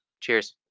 Cheers